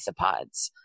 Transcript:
isopods